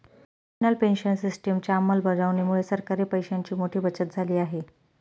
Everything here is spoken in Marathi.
नॅशनल पेन्शन सिस्टिमच्या अंमलबजावणीमुळे सरकारी पैशांची मोठी बचत झाली आहे